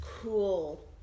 cool